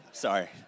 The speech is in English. Sorry